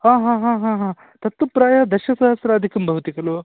तत्तु प्रायः दशसहस्राधिकं भवति खलु